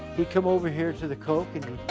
he'd come over here to the coke and